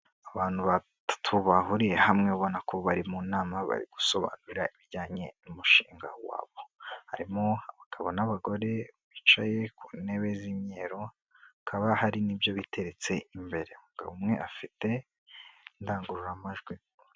Abantu batatu bahuriye hamwe ubona ko bari mu nama bari gusobanura ibijyanye n'umushinga wabo, harimo abagabo n'abagore bicaye ku ntebe z'imyeru. Hakaba hari n'ibyo biteretse, imbere umugabo umwe afite indangururamajwi.